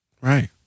right